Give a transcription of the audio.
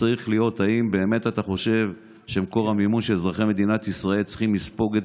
האם אתה באמת חושב שאת מקור המימון אזרחי מדינת ישראל צריכים לספוג,